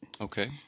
okay